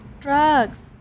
drugs